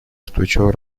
устойчивого